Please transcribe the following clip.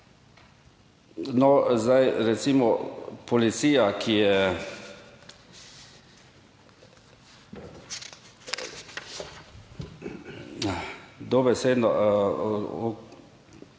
zdaj recimo policija, ki je dobesedno,